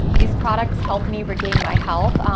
these products helped me regain my health.